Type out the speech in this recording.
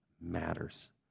matters